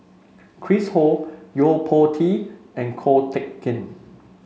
Chris Ho Yo Po Tee and Ko Teck Kin